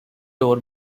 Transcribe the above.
door